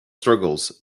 struggles